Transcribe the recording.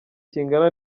kingana